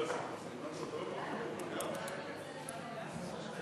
הרווחה והבריאות על רצונה להחיל דין רציפות